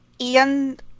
Ian